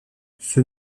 son